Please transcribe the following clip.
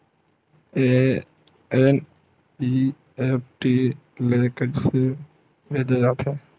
NEFT ले कइसे भेजे जाथे?